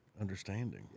Understanding